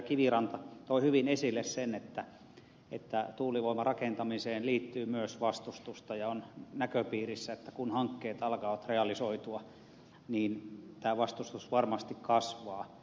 kiviranta toi hyvin esille sen että tuulivoiman rakentamiseen liittyy myös vastustusta ja on näköpiirissä että kun hankkeet alkavat realisoitua niin tämä vastustus varmasti kasvaa